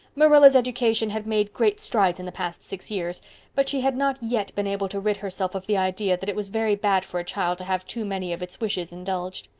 marilla's education had made great strides in the past six years but she had not yet been able to rid herself of the idea that it was very bad for a child to have too many of its wishes indulged.